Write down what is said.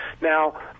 Now